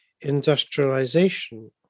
industrialization